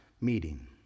meeting